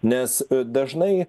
nes dažnai